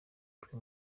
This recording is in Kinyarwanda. twe